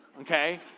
Okay